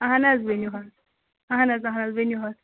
اہَن حظ ؤنِو حظ اہَن حظ اہَن حظ ؤنِو حظ